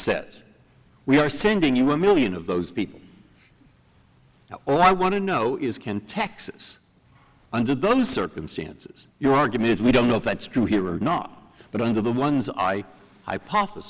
says we are sending you one million of those people all i want to know is ken texas under those circumstances your argument is we don't know if that's true here or not but under the ones i